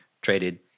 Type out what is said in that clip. traded